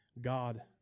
God